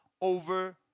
over